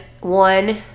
one